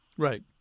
Right